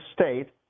state